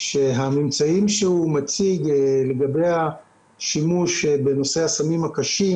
שהממצאים שהוא מציג לגבי השימוש בסמים קשים